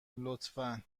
لطفا